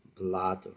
blood